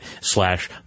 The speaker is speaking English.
slash